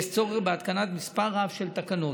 יש צורך בהתקנת מספר רב של תקנות,